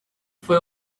fue